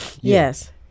yes